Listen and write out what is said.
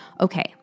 okay